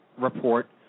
report